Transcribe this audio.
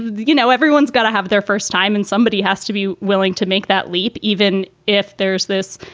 you know, everyone's got to have their first time and somebody has to be willing to make that leap, even if there's this,